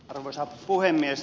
arvoisa puhemies